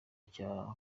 cya